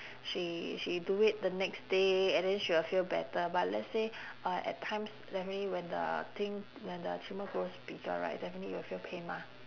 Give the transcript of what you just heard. she she do it the next day and then she will feel better but lets say uh at times definitely when the thing when the tumor grows bigger right definitely will feel pain mah